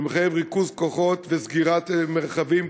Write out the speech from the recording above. שמחייב ריכוז כוחות וסגירת מרחבים,